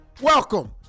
Welcome